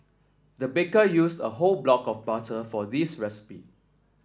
the baker used a whole block of butter for this recipe